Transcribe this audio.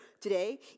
today